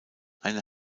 eine